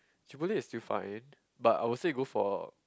Chipotle is still fine but I would say go for